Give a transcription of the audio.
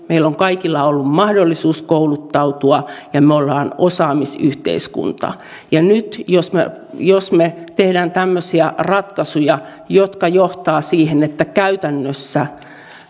meillä on kaikilla ollut mahdollisuus kouluttautua ja me olemme osaamisyhteiskunta nyt jos me jos me teemme tämmöisiä ratkaisuja jotka johtavat siihen että käytännössä